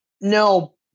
No